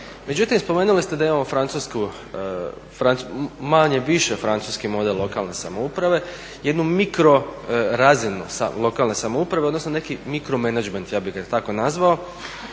Međutim, spomenuli ste da imamo francusku, manje-više francuski model lokalne samouprave jednu mikro razinu lokalne samouprave, odnosno neki mikro menadžment ja bih ga tako nazvao